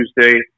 Tuesday